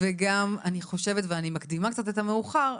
אני מקדימה את המאוחר,